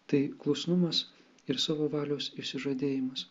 tai klusnumas ir savo valios išsižadėjimas